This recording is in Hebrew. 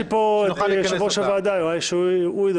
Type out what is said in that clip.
נמצא פה יושב-ראש הוועדה, אולי הוא ידבר.